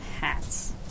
hats